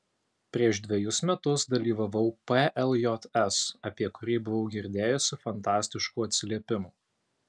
prieš dvejus metus dalyvavau pljs apie kurį buvau girdėjusi fantastiškų atsiliepimų